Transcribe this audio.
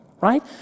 right